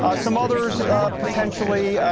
ah some others potentially,